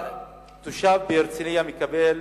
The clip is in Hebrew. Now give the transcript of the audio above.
תושב הרצלייה מקבל